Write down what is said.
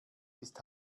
ist